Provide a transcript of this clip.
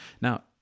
now